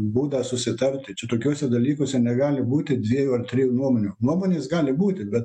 būdą susitarti čia tokiuose dalykuose negali būti dviejų ar trijų nuomonių nuomonės gali būti bet